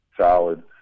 solid